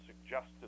suggested